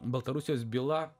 baltarusijos byla